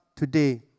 Today